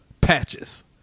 Patches